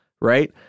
Right